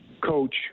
coach